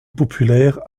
populaire